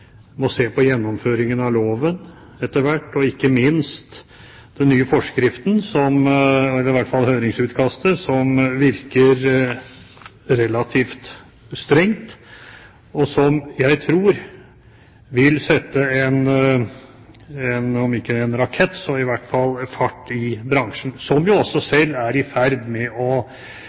må se på gjennomføringen av loven etter hvert og ikke minst på det nye høringsutkastet som virker relativt strengt. Jeg tror dette vil sette om ikke en rakett, så i hvert fall fart i bransjen, som jo også selv er i ferd med å